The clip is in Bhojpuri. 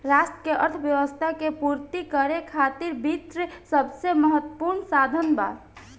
राष्ट्र के आवश्यकता के पूर्ति करे खातिर वित्त सबसे महत्वपूर्ण साधन बा